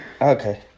okay